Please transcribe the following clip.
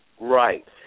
Right